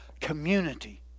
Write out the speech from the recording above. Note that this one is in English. community